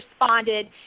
responded